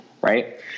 right